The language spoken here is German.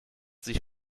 sich